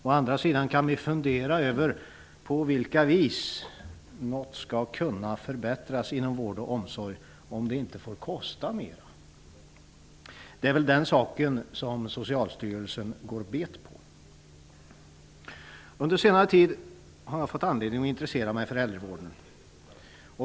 Å andra sidan kan vi fundera över på vilket sätt man skall kunna förbättra inom vård och omsorg om det inte får kosta mer. Det är väl den frågan som Socialstyrelsen går bet på. Under senare tid har jag fått anledning att intressera mig för äldrevården.